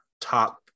top